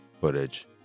footage